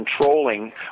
controlling